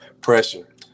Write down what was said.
pressure